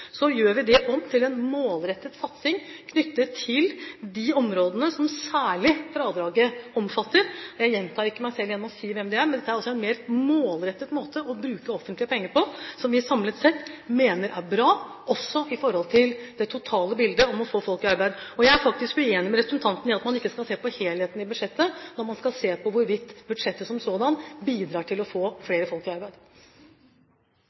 det om til en målrettet satsing, knyttet til de områdene som fradraget særlig omfatter. Jeg gjentar ikke meg selv ved å si hvem, men dette er altså en mer målrettet måte å bruke offentlige penger på, som vi samlet sett mener er bra, også i forhold til det totale bildet om å få folk i arbeid. Jeg er faktisk uenig med representanten i at man ikke skal se på helheten i budsjettet når man ser på hvorvidt budsjettet som sådant bidrar til å få